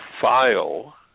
file